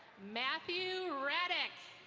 matthew raddick.